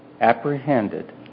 apprehended